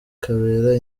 kabera